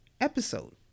episode